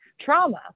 trauma